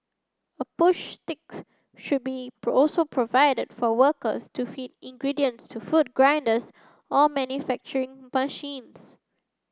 a push sticks should be also provided for workers to feed ingredients to food grinders or manufacturing machines